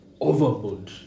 overboard